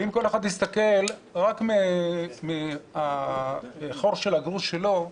ואם כל אחד יסתכל רק על החור של הגרוש שלו,